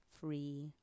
free